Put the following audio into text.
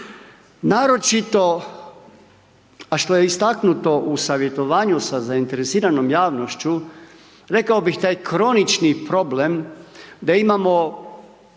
Naročito a što je istaknuto u savjetovanju sa zainteresiranom javnošću, rekao bih da je kronični problem da imamo